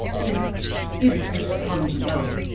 if if this comes about.